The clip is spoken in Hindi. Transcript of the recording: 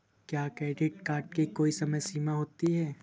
क्या क्रेडिट कार्ड की कोई समय सीमा होती है?